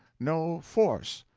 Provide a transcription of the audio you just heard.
no force,